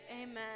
Amen